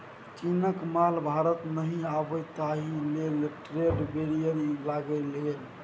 चीनक माल भारत नहि आबय ताहि लेल ट्रेड बैरियर लागि गेल